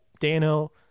dano